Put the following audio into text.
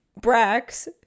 Brax